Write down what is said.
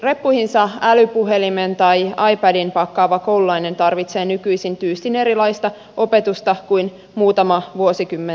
reppuunsa älypuhelimen tai ipadin pakkaava koululainen tarvitsee nykyisin tyystin erilaista opetusta kuin muutama vuosikymmen sitten